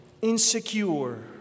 insecure